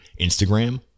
Instagram